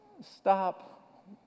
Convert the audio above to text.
stop